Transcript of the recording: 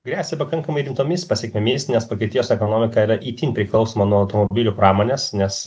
gresia pakankamai rimtomis pasekmėmis nes vokietijos ekonomika yra itin priklausoma nuo automobilių pramonės nes